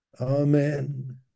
Amen